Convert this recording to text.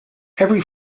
every